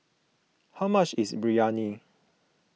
how much is Biryani